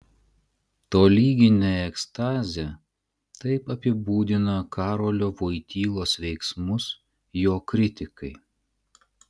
tolyginė ekstazė taip apibūdina karolio voitylos veiksmus jo kritikai